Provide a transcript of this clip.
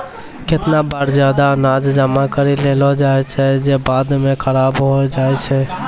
केतना बार जादा अनाज जमा करि लेलो जाय छै जे बाद म खराब होय जाय छै